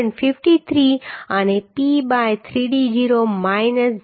53 અને p by 3d0 minus 0